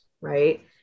right